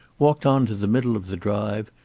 walked on to the middle of the drive,